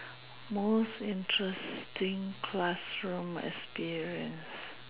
most interesting classroom experience